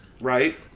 Right